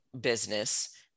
business